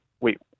wait